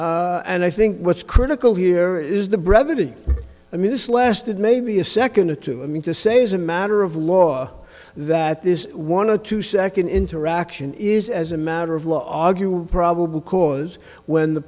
and i think what's critical here is the brevity i mean this lasted maybe a second or two i mean to say as a matter of law that this one a two second interaction is as a matter of log you probable cause when the